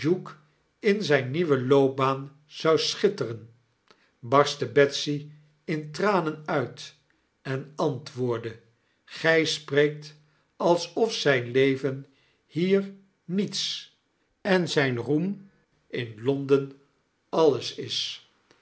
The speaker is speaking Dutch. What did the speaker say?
in zyne nieuwe loopbaan zou schitteren barstte betsy in tranen uit en antwoordde gy spreekt alsof zyn leven hier niets en zijn roem in londen alles is